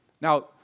Now